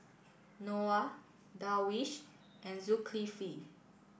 Noah Darwish and Zulkifli